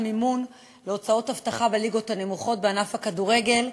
המימון בהוצאות אבטחה בליגות הנמוכות בענף הכדורגל.